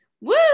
Woo